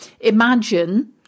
imagine